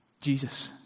Jesus